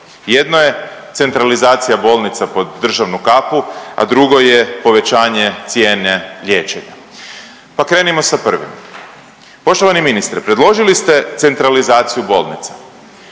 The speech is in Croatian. jedno je centralizacija bolnica pod državnu kapu, a drugo je povećanje cijene liječenja, pa krenimo sa prvim. Poštovani ministre, predložili ste centralizaciju bolnica,